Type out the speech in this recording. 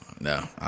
No